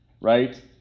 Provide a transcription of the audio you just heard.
Right